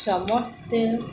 ସମସ୍ତେ